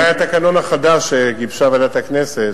אולי התקנון החדש שגיבשה ועדת הכנסת,